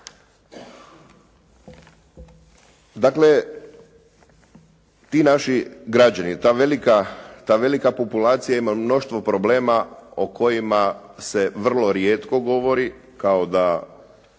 Dakle, ti naši građani, ta velika populacija ima mnoštvo problema o kojima se vrlo rijetko govori kao da